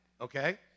okay